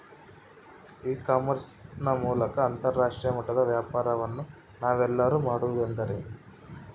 E commerce ನ ಮೂಲಕ ಅಂತರಾಷ್ಟ್ರೇಯ ಮಟ್ಟದ ವ್ಯಾಪಾರವನ್ನು ನಾವೆಲ್ಲರೂ ಮಾಡುವುದೆಂದರೆ?